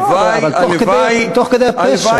הלוואי, לא, אבל תוך כדי, תוך כדי הפשע.